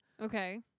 Okay